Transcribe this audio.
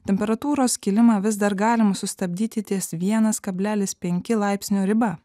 temperatūros kilimą vis dar galima sustabdyti ties vienas kablelis penki laipsnio riba